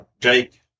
Jake